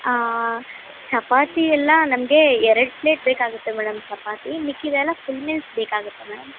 ಚಪಾತಿ ಎಲ್ಲ ನಮಗೆ ಎರಡು ಪ್ಲೇಟ್ ಬೇಕಾಗುತ್ತೆ ಮೇಡಮ್ ಚಪಾತಿ ಮಿಕ್ಕಿದ್ದೆಲ್ಲ ಫುಲ್ ಮೀಲ್ಸ್ ಬೇಕಾಗುತ್ತೆ ಮೇಡಮ್